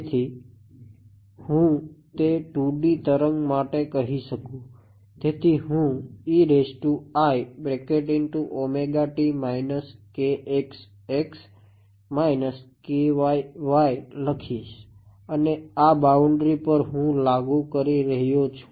તેથી હું તે 2 D તરંગ માટે કહી શકું તેથી હું લખીશ અને આ બાઉન્ડ્રી પર હું લાગુ કરી રહ્યો છું